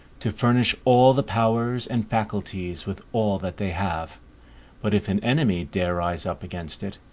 to furnish all the powers and faculties with all that they have but if an enemy dare rise up against it,